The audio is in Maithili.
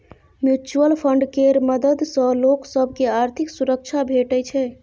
म्युचुअल फंड केर मदद सँ लोक सब केँ आर्थिक सुरक्षा भेटै छै